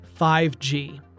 5G